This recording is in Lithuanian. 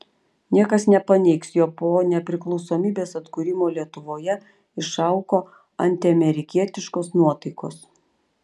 niekas nepaneigs jog po nepriklausomybės atkūrimo lietuvoje išaugo antiamerikietiškos nuotaikos